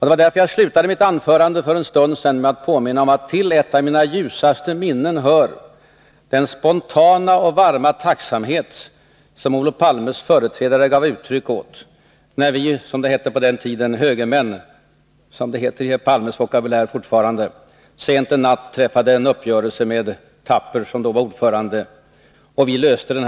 Det var därför jag slutade mitt anförande för en stund sedan med att påminna om att till ett av mina ljusaste minnen hör den spontana och varma tacksamhet som Olof Palmes företrädare gav uttryck åt, när vi högermän — som det hette på den tiden, och som det fortfarande heter i herr Palmes vokabulär — sent en natt träffade en uppgörelse med Fridolf Thapper, som då var ordförande, och löste frågan tillsammans.